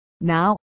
Now